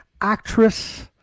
actress